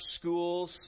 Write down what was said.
schools